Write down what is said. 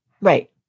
Right